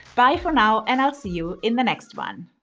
bye for now and i'll see you in the next one.